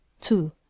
two